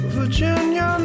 Virginia